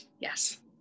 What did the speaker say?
Yes